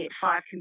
five